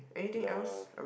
the